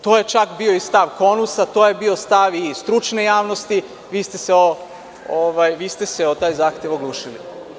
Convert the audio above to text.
To je čak bio i stav KONUS-a, to je bio stav i stručne javnosti, a vi ste se o taj zahtev oglušili.